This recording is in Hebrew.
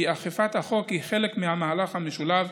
שאכיפת החוק היא חלק ממהלך משולב,